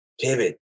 Pivot